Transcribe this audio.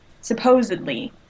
supposedly